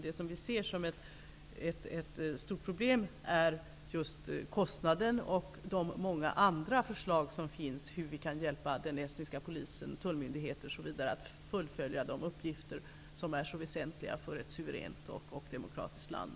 Det som vi ser som ett stort problem är kostnaden och de många andra förslag som finns om hur vi kan hjälpa Estlands polis, tullmyndigheter m.fl. att fullfölja de uppgifter som är så väsentliga för ett suveränt och demokratiskt land.